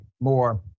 More